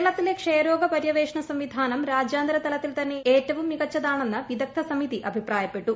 കേരളത്തിലെ ക്ഷയരോഗപര്യവേഷണ സംവിധാനം രാജ്യാന്തരതലത്തിൽ തന്നെ ഏറ്റവും മികച്ചതാണെന്ന് വിദഗ്ധ സമിതി അഭിപ്രായപ്പെട്ടു